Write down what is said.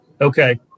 Okay